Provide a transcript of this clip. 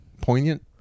poignant